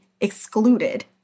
excluded